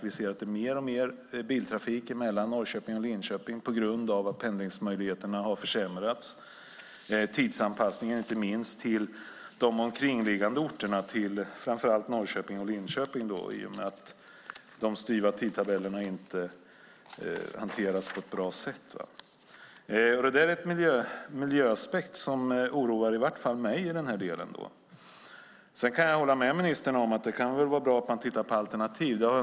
Vi ser att det är mer och mer biltrafik mellan Norrköping och Linköping på grund av att pendlingsmöjligheterna har försämrats. Det handlar om tidsanpassningen, inte minst, till de omkringliggande orterna, framför allt Norrköping och Linköping, i och med att de styva tidtabellerna inte hanteras på ett bra sätt. Det är en miljöaspekt som i varje fall oroar mig. Sedan kan jag hålla med ministern om att det kan vara bra att man tittar på alternativ.